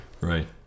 Right